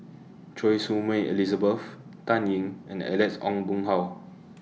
Choy Su Moi Elizabeth Dan Ying and Alex Ong Boon Hau